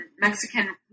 Mexican